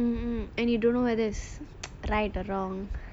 mm mm and you don't know whether it's right or wrong